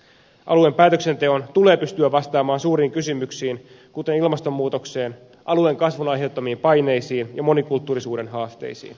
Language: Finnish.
alueen päätöksenteon tulee pystyä vastaamaan suuriin kysymyksiin kuten ilmastonmuutokseen alueen kasvun aiheuttamiin paineisiin ja monikulttuurisuuden haasteisiin